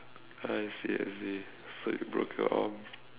uh seriously so you broke your arm